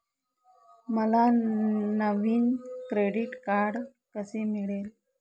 मला नवीन credit card कसे मिळेल?